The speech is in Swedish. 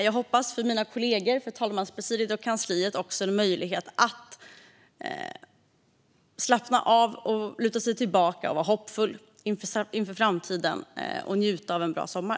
Jag hoppas att mina kollegor, talmanspresidiet och kansliet har möjlighet att slappna av och luta sig tillbaka och vara hoppfulla inför framtiden och njuta av en bra sommar.